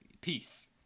peace